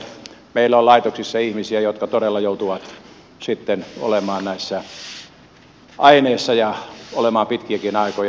meillä on laitoksissa ihmisiä jotka todella joutuvat olemaan näissä aineissa ja olemaan pitkiäkin aikoja